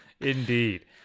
Indeed